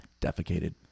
Defecated